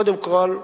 קודם כול,